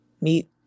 meet